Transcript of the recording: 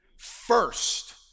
First